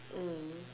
mm